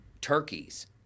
turkeys